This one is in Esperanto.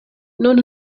nun